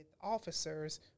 officers